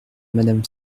madame